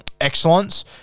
excellence